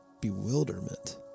bewilderment